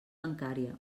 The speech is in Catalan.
bancària